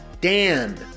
Dan